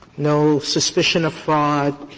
no suspicion of fraud,